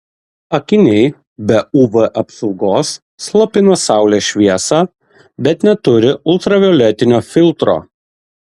akiniai be uv apsaugos slopina saulės šviesą bet neturi ultravioletinio filtro